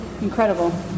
Incredible